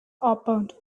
opened